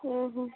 ଓ ହୋ